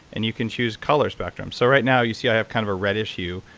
and you can choose color spectrums. so right now, you see i have kind of a reddish hue.